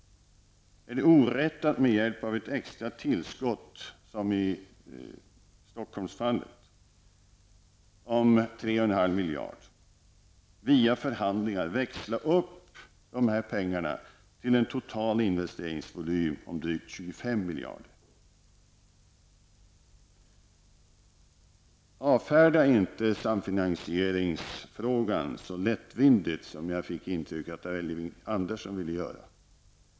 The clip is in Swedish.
Är det orätt att med hjälp av ett extra tillskott på 3,5 miljarder kronor till Stockholmsregionen via förhandlingar växla upp dessa pengar till en total investeringsvolym om drygt 25 miljarder kronor? Jag anser inte att man bör avfärda finansieringsfrågan så lättvindigt som jag fick ett intryck av att Elving Andersson ville göra.